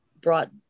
brought